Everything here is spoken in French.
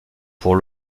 pour